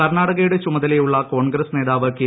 കർണാടകയുടെ ചുമതലയുള്ള കോൺഗ്രസ് നേതാവ് കെ